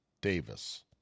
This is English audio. Davis